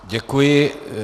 Děkuji.